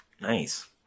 Nice